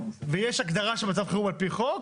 ויש הגדרה של מצב חירום על פי חוק,